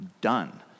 done